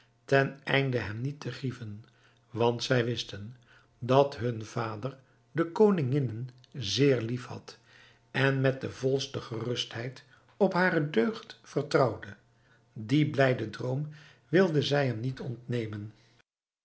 houden teneinde hem niet te grieven want zij wisten dat hun vader de koninginnen zeer liefhad en met de volste gerustheid op hare deugd vertrouwde dien blijden droom wilden zij hem niet ontnemen